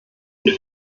und